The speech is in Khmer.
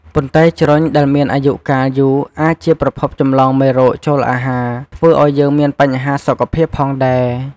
ប៉ុន្តែជ្រញ់ដែលមានអាយុកាលយូរអាចជាប្រភពចម្លងមេរោគចូលអាហារ ធ្វើឱ្យយើងមានបញ្ហាសុខភាពផងដែរ។